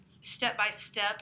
step-by-step